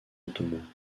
ottomans